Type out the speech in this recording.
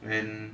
and